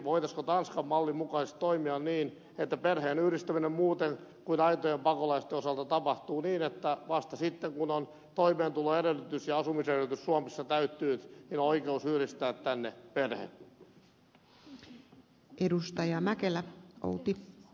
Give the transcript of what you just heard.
voitaisiinko tanskan mallin mukaisesti toimia niin että perheen yhdistäminen muuten kuin aitojen pakolaisten osalta tapahtuu niin että vasta sitten kun on toimeentuloedellytys ja asumisedellytys suomessa täyttynyt on oikeus yhdistää tänne perhe